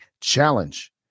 challenge